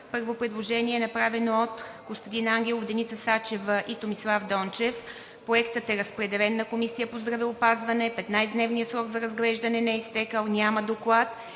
Първо предложение, направено от Костадин Ангелов, Деница Сачева и Томислав Дончев. Проектът е разпределен на Комисията по здравеопазване, 15-дневният срок за разглеждане не е изтекъл, няма доклад